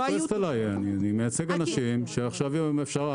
היו מקובלות --- אני מייצג אנשים שאלה החיים שלהם.